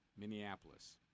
Minneapolis